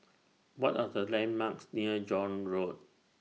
What Are The landmarks near John Road